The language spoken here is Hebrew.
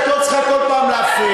את לא צריכה כל פעם להפריע.